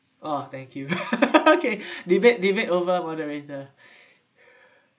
oh thank you okay debate debate over moderator